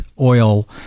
oil